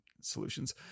solutions